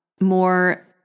more